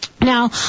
Now